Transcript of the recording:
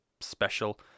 special